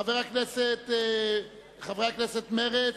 קבוצת מרצ,